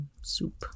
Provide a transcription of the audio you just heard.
Soup